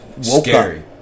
Scary